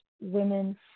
women